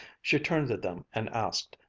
she turned to them and asked,